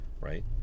right